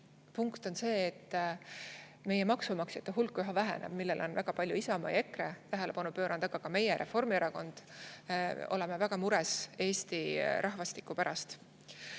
punkt on see, et meie maksumaksjate hulk üha väheneb. Sellele on väga palju Isamaa ja EKRE tähelepanu pööranud, aga ka meie, Reformierakond, oleme väga mures Eesti rahvastiku pärast.